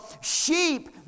sheep